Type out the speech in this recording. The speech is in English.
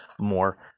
more